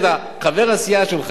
חבר הכנסת יואל חסון.